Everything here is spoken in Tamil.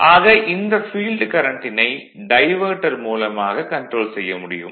ஆக இந்த ஃபீல்டு கரண்ட்டினை டைவர்ட்டர் மூலமாக கன்ட்ரோல் செய்ய முடியும்